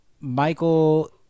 Michael